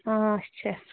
آچھا